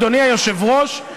אדוני היושב-ראש,